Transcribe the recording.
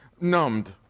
numbed